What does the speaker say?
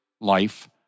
life